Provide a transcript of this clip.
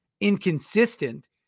inconsistent